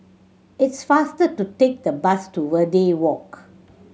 it's faster to take the bus to Verde Walk